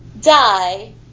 die